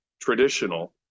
traditional